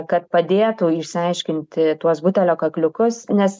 kad padėtų išsiaiškinti tuos butelio kakliukus nes